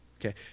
okay